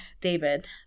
david